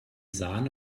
sahne